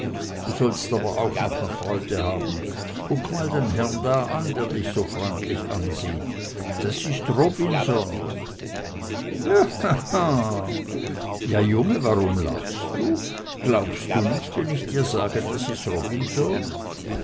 du sollst aber auch noch ne freude haben kuck dir mal den herrn da an der dich so freundlich ansieht das is robinson haha ja junge warum lachst du glaubst du's nich wenn ich dir sage das is robinson